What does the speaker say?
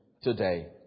today